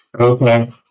Okay